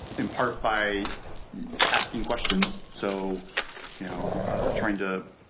in part by asking questions, so you know trying to